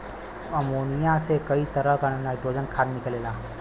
ammonia से कई तरह क नाइट्रोजन खाद निकलेला